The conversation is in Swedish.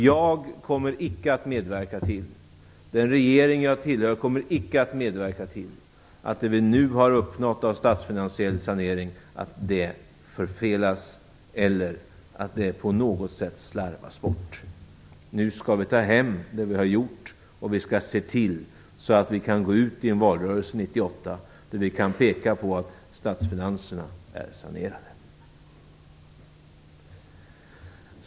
Jag kommer icke att medverka till, och den regering jag tillhör kommer icke att medverka till, att det vi nu har uppnått av statsfinansiell sanering förfelas eller på något sätt slarvas bort. Nu skall vi ta hem det vi har gjort, och vi skall se till att vi kan gå ut i en valrörelse 1998 där vi kan peka på att statsfinanserna är sanerade.